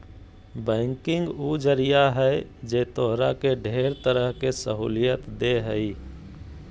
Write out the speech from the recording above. banking उ जरिया है जे तोहरा के ढेर तरह के सहूलियत देह हइ